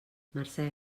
mercè